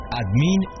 admin